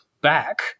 back